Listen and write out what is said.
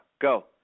Go